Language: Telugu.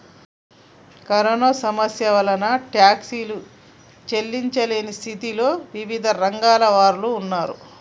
కరోనా సమస్య వలన టాక్సీలు చెల్లించలేని స్థితిలో వివిధ రంగాల వారు ఉన్నారు